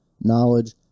knowledge